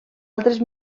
altres